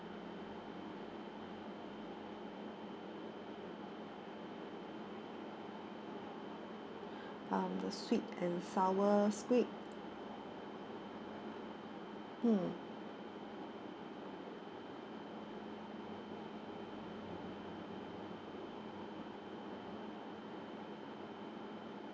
uh the sweet and sour squid mm